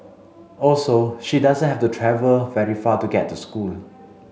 also she does have to travel very far to get to school